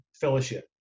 fellowship